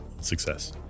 success